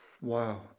Wow